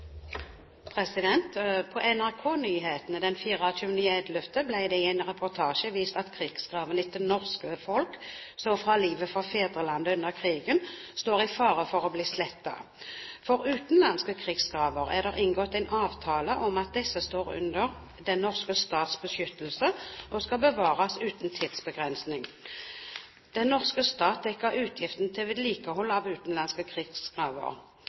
vi på en bedre måte kan nå de målene vi setter oss når vi har stortingsbehandling. «På NRK-nyhetene den 24. november ble det i en reportasje vist at krigsgravene etter norske folk som ofret livet for fedrelandet under krigen, står i fare for å bli slettet. For utenlandske krigsgraver er det inngått avtale om at disse står under den norske stats beskyttelse og skal bevares uten tidsbegrensning. Den norske stat dekker utgiftene til vedlikehold